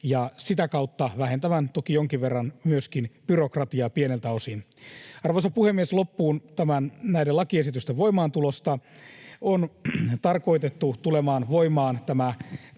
ja sitä kautta vähentävän toki jonkin verran myöskin byrokratiaa, pieneltä osin. Arvoisa puhemies! Loppuun näiden lakiesitysten voimaantulosta: tämä pääasia on tarkoitettu tulemaan voimaan